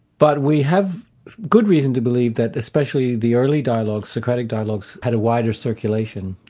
but we have good reason to believe that especially the early dialogues, socratic dialogues, had a wider circulation,